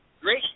great